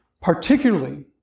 particularly